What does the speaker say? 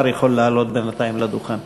השר יכול לעלות בינתיים לדוכן.